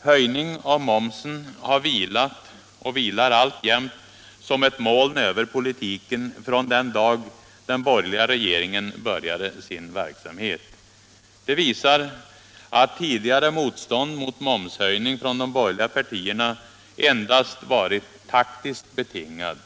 Höjning av momsen har vilat och vilar alltjämt som ett moln över politiken från den dag den borgerliga regeringen började sin verksamhet. Det visar att tidigare motstånd mot momshöjning från de borgerliga partierna endast varit taktiskt betingat.